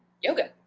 yoga